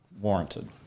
warranted